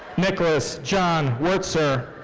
nicholas jon wuertzer.